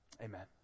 amen